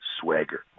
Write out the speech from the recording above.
swagger